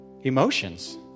emotions